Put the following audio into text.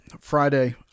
Friday